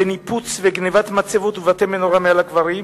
בניפוץ וגנבת מצבות ובתי-מנורה מהקברים,